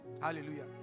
Hallelujah